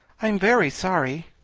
i'm very sorry.